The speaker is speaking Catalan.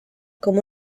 com